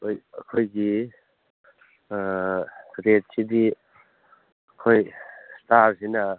ꯍꯣꯏ ꯑꯩꯈꯣꯏꯒꯤ ꯔꯦꯠꯁꯤꯗꯤ ꯑꯩꯈꯣꯏ ꯏꯁꯇꯥꯔꯁꯤꯅ